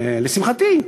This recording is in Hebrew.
לשמחתי,